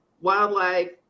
wildlife